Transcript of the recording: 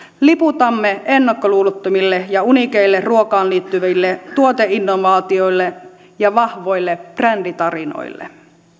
liputamme ennakkoluulottomille ja uniikeille ruokaan liittyville tuoteinnovaatioille ja vahvoille bränditarinoille